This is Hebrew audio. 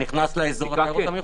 בדיקה כן.